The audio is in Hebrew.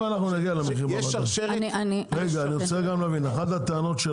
אחת הטענות של